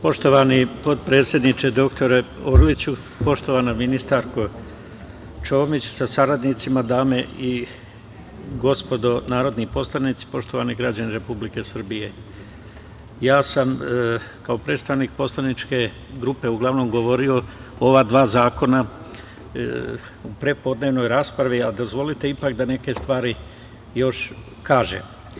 Poštovani potpredsedniče dr Orliću, poštovana ministarko Čomić sa saradnicima, dame i gospodo narodni poslanici, poštovani građani Republike Srbije, ja sam kao predstavnik poslaničke grupe uglavnom govorio o ova dva zakona u prepodnevnoj raspravi, a dozvolite ipak da neke stvari još kažem.